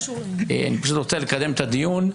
אני פשוט רוצה לקדם את הדיון.